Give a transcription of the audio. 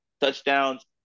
touchdowns